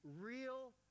real